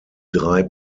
drei